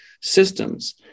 systems